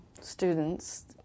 students